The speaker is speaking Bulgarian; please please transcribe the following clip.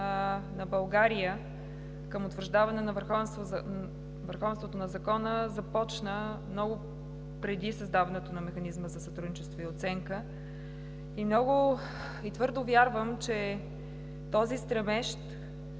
на България към утвърждаване на върховенството на закона започна много преди създаването на Механизма за сътрудничество и оценка, и твърдо вярвам, че този стремеж